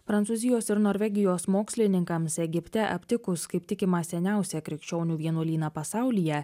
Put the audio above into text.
prancūzijos ir norvegijos mokslininkams egipte aptikus kaip tikima seniausią krikščionių vienuolyną pasaulyje